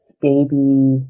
baby